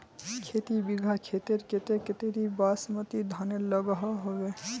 खेती बिगहा खेतेर केते कतेरी बासमती धानेर लागोहो होबे?